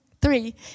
Three